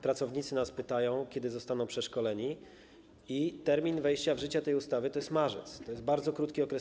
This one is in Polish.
Pracownicy nas pytają, kiedy zostaną przeszkoleni, a termin wejścia w życie tej ustawy to jest marzec, to jest bardzo krótki okres.